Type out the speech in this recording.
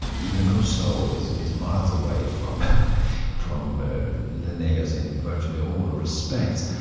even rousseau is is miles away from from linnaeus in virtually all respects.